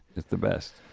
it's the best.